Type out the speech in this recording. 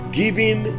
giving